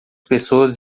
pessoas